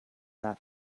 that